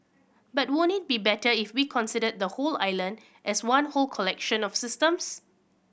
but won't it be better if we consider the whole island as one whole collection of systems